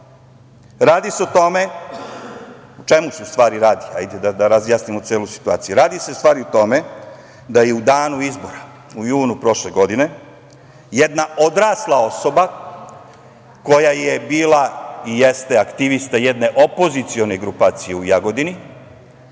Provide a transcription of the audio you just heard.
ništa novo. O čemu se u stvari radi? Hajde da razjasnimo celu situaciju. Radi se u stvari o tome da je u danu izbora, u junu prošle godine, jedna odrasla osoba, koja je bila i jeste aktivista jedne opozicione grupacije u Jagodini,